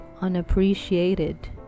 Unappreciated